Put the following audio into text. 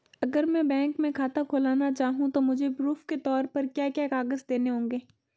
अगर मैं बैंक में खाता खुलाना चाहूं तो मुझे प्रूफ़ के तौर पर क्या क्या कागज़ देने होंगे?